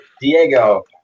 Diego